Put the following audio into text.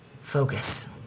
Focus